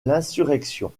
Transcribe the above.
l’insurrection